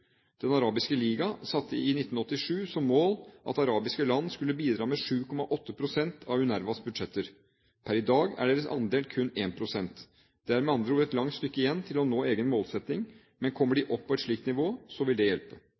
Den arabiske liga satte i 1987 som mål at arabiske land skulle bidra med 7,8 pst. av UNRWAs budsjetter. Men per i dag er deres andel kun 1 pst. Det er med andre ord et langt stykke igjen til å nå egen målsetting, men kommer de opp på et slikt nivå, så vil det hjelpe.